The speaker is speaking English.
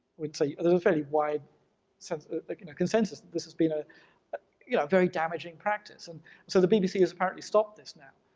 so a fairly wide sense ah like you know consensus that this has been a yeah very damaging practice. and so the bbc has apparently stopped this now.